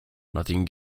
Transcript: nothing